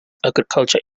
agriculture